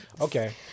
Okay